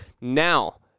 Now